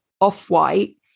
Off-White